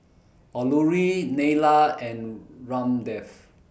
Alluri Neila and Ramdev